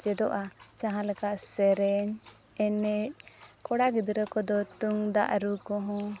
ᱪᱮᱫᱚᱜᱼᱟ ᱡᱟᱦᱟᱸ ᱞᱮᱠᱟ ᱥᱮᱨᱮᱧ ᱮᱱᱮᱡ ᱠᱚᱲᱟ ᱜᱤᱫᱽᱨᱟᱹ ᱠᱚᱫᱚ ᱛᱩᱢᱫᱟᱜ ᱨᱩ ᱠᱚᱦᱚᱸ